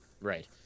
Right